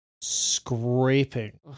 scraping